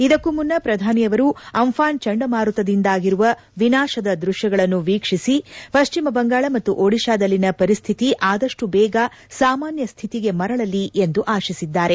ಇದಕ್ಕೂ ಮುನ್ನ ಪ್ರಧಾನಿ ಅವರು ಅಂಥಾನ್ ಚಂಡಮಾರುತದಿಂದ ಉಂಟಾಗಿರುವ ವಿನಾಶದ ದ್ಬಶ್ನಗಳನ್ನು ವೀಕ್ಷಿಸಿದ ಪ್ರಧಾನಿಯವರು ಪಶ್ಚಿಮ ಬಂಗಾಳ ಮತ್ತು ಒಡಿಶಾದಲ್ಲಿನ ಪರಿಸ್ತಿತಿ ಆದಷ್ಟು ಬೇಗ ಸಾಮಾನ್ಯ ಸ್ಥಿತಿಗೆ ಮರಳಲಿ ಎಂದು ಆಶಿಸಿದ್ದಾರೆ